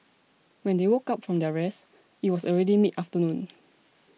when they woke up from their rest it was already mid afternoon